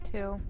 Two